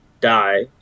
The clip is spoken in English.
die